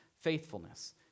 faithfulness